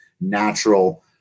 natural